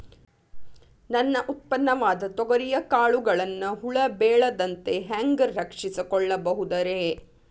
ನನ್ನ ಉತ್ಪನ್ನವಾದ ತೊಗರಿಯ ಕಾಳುಗಳನ್ನ ಹುಳ ಬೇಳದಂತೆ ಹ್ಯಾಂಗ ರಕ್ಷಿಸಿಕೊಳ್ಳಬಹುದರೇ?